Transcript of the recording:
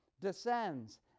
descends